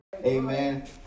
amen